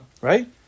Right